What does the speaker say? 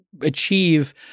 achieve